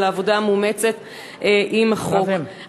על העבודה המאומצת על החוק.